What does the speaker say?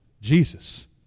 Jesus